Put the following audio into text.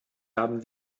haben